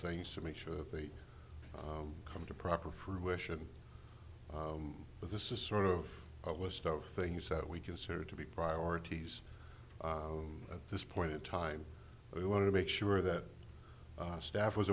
things to make sure that they come to proper fruition but this is sort of a list of things that we consider to be priorities at this point in time we want to make sure that our staff was